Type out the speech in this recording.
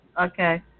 Okay